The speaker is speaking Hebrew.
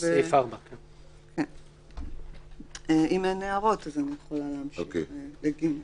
בסעיף 4. אם אין הערות אז אני יכולה להמשיך ל-(ג).